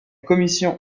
commission